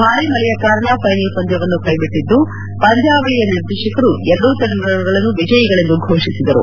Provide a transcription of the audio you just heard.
ಭಾರೀ ಮಳೆಯ ಕಾರಣ ಫೈನಲ್ ಪಂದ್ಯವನ್ನು ಕೈ ಬಿಟ್ಟಿದ್ದು ಪಂದ್ಯಾವಳಿಯ ನಿರ್ದೇಶಕರು ಎರಡೂ ತಂಡಗಳನ್ನು ವಿಜಯಿಗಳೆಂದು ಘೋಷಿಸಿದರು